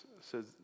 says